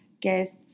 guests